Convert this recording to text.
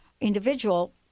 individual